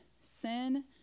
sin